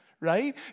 right